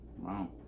Wow